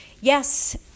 yes